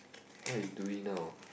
what you doing now